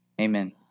Amen